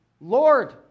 Lord